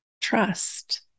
trust